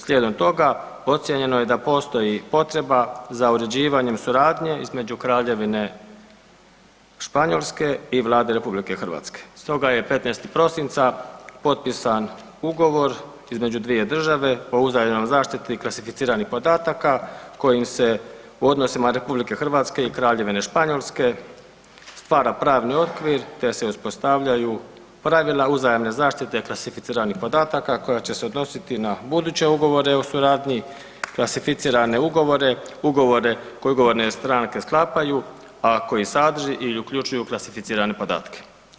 Slijedom toga, ocjenjeno je da postoji potreba za uređivanje suradnje između Kraljevine Španjolske i Vlade RH. stoga je 15. prosinca potpisan ugovor između dvije države o uzajamnoj zaštiti klasificiranih podataka kojim se u odnosima RH i Kraljevine Španjolske stvara pravni okvir te se uspostavljaju pravila uzajamne zaštite klasificiranih podataka koja će se odnositi na buduće ugovore o suradnji, klasificirane ugovore, ugovore koje ugovorne stranke sklapaju, a koji sadrži ili uključuju klasificirane podatke.